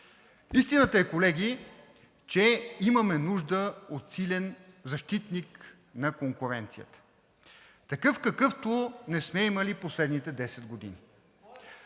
Истината е, колеги, че имаме нужда от силен защитник на конкуренцията, такъв, какъвто не сме имали последните 10 години.